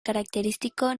característico